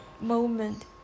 moment